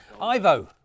Ivo